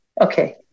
Okay